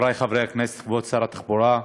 חברי חברי הכנסת, כבוד שר התחבורה,